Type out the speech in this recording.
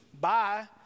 Bye